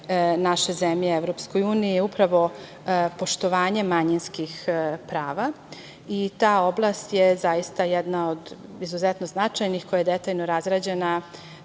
naše zemlje EU je upravo poštovanje manjinskih prava i ta oblast je zaista jedna od izuzetno značajnih, koja je detaljno razrađena